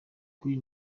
great